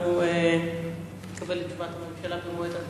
אנחנו נחכה לתשובת הממשלה במועד אחר.